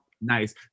nice